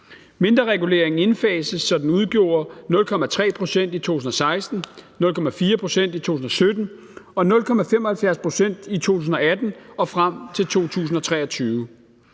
Mindrereguleringen indfases, så den udgjorde 0,3 pct. i 2016, 0,4 pct. i 2017 og 0,75 pct. i 2018 og frem til 2023.